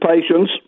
patients